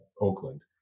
Oakland